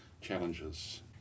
challenges